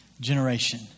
generation